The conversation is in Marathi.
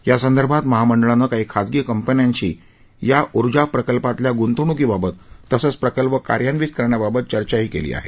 या संदर्भात महामंडळानं काही खाजगी कंपन्यांशी या उर्जा प्रकल्पातल्या गुंतवणूकीबाबत तसंच प्रकल्प कार्यान्वित करण्याबाबत चर्चाही केली आहे